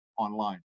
online